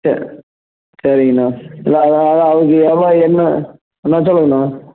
ச சரிங்க அண்ணா இல்லை அதனால தான் அதுக்கு எவ்வளோ என்ன அண்ணா சொல்லுங்க அண்ணா